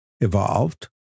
evolved